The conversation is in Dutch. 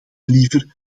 liever